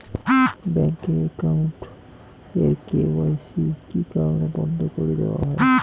Bank account এর KYC কি কি কারণে বন্ধ করি দেওয়া হয়?